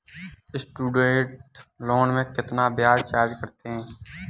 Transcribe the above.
Student loan में कितना ब्याज चार्ज करते हैं?